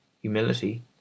Humility